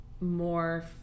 more